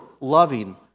loving